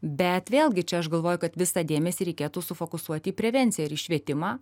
bet vėlgi čia aš galvoju kad visą dėmesį reikėtų sufokusuoti į prevenciją ir į švietimą